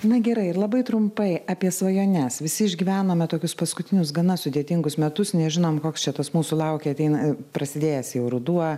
na gerai ir labai trumpai apie svajones visi išgyvenome tokius paskutinius gana sudėtingus metus nežinom koks čia tas mūsų laukia ateina prasidėjęs jau ruduo